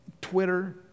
twitter